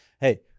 Hey